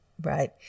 right